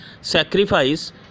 sacrifice